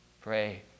pray